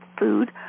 food